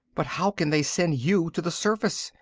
but how can they send you to the surface?